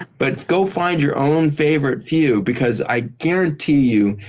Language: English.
but go find your own favorite few because i guarantee you,